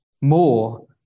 more